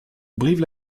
brive